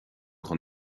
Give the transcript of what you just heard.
don